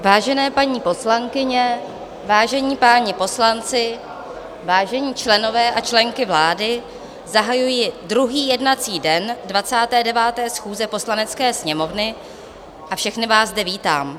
Vážené paní poslankyně, vážení páni poslanci, vážení členové a členky vlády, zahajuji druhý jednací den 29. schůze Poslanecké sněmovny a všechny vás zde vítám.